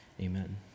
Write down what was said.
amen